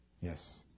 Yes